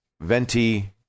venti